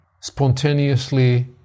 spontaneously